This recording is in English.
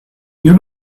you